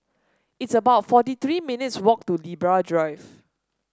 it's about forty three minutes' walk to Libra Drive